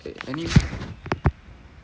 ca~ can you